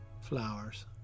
Flowers